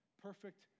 perfect